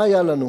מה היה לנו?